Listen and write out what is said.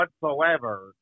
whatsoever